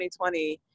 2020